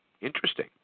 Interesting